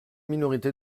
minorité